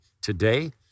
today